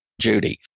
Judy